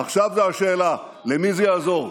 עכשיו זו השאלה למי זה יעזור,